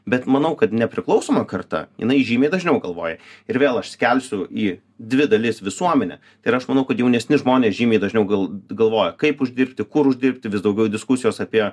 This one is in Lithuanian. bet manau kad nepriklausoma karta jinai žymiai dažniau galvojai ir vėl aš skelsiu į dvi dalis visuomenę tai ir aš manau kad jaunesni žmonės žymiai dažniau gal galvoja kaip uždirbti kur uždirbti vis daugiau diskusijos apie